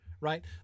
right